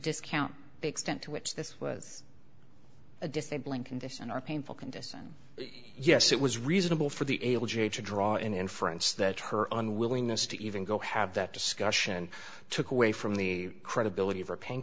discount be extent to which this was a disabling condition or painful condition yes it was reasonable for the able jade to draw any inference that her unwillingness to even go have that discussion took away from the credibility of her pain